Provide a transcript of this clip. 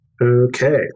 Okay